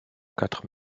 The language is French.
quatre